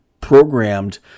programmed